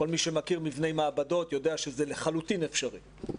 כל מי שמכיר מבני מעבדות יודע שזה לחלוטין אפשרי ,